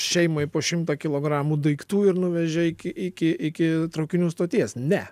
šeimai po šimtą kilogramų daiktų ir nuvežė iki iki iki traukinių stoties ne